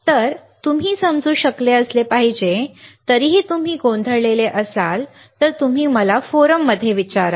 तर आता तुम्ही समजू शकले पाहिजे तरीही तुम्ही गोंधळलेले असाल तर तुम्ही मला फोरममध्ये विचारा